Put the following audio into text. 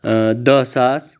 دہ ساس